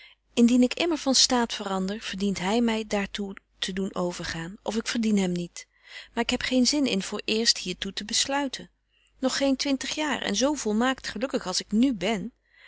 indien ik immer van staat verander verdient hy my daar toe te doen overgaan of ik verdien hem niet maar ik heb geen zin in voor eerst hier toe te besluiten nog geen twintig jaar en zo volmaakt gelukkig als ik nu ben